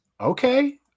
okay